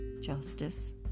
justice